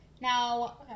Now